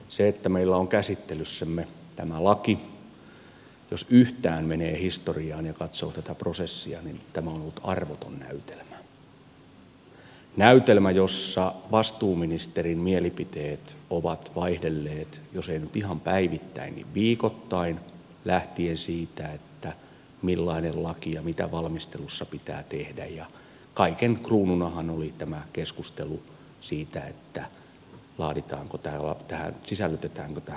se että meillä on käsittelyssämme tämä laki jos yhtään menee historiaan ja katsoo tätä prosessia tämä on ollut arvoton näytelmä näytelmä jossa vastuuministerin mielipiteet ovat vaihdelleet jos eivät nyt ihan päivittäin niin viikoittain lähtien siitä millainen laki ja mitä valmistelussa pitää tehdä ja kaiken kruununahan oli tämä keskustelu siitä sisällytetäänkö tähän lakiin hoitajamitoitus